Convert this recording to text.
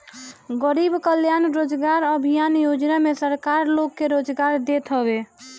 गरीब कल्याण रोजगार अभियान योजना में सरकार लोग के रोजगार देत हवे